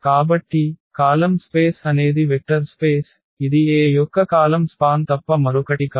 కాబట్టి column space అనేది vector space ఇది A యొక్క కాలమ్ స్పాన్ తప్ప మరొకటి కాదు